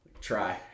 Try